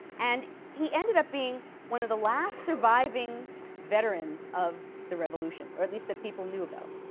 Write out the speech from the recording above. and he ended up being one of the last surviving veterans of the revolution, or at least that people knew about.